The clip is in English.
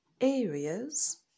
areas